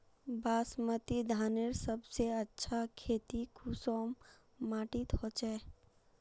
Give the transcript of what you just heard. बासमती धानेर सबसे अच्छा खेती कुंसम माटी होचए?